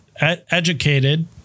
educated